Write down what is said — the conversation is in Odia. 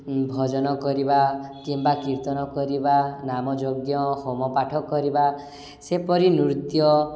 ଭଜନ କରିବା କିମ୍ବା କୀର୍ତ୍ତନ କରିବା ନାମ ଯଜ୍ଞ ହୋମପାଠ କରିବା ସେପରି ନୃତ୍ୟ